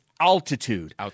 altitude